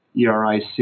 Eric